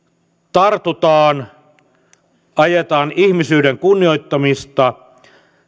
tartutaan ajetaan ihmisyyden kunnioittamista